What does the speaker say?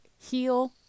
heal